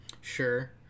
sure